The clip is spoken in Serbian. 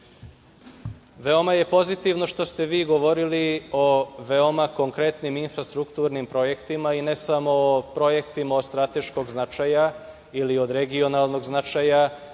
Veoma je pozitivno što ste vi govorili o veoma konkretnim infrastrukturnim projektima i ne samo projektima od strateškog značaja ili od regionalnog značaja,